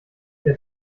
der